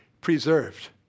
preserved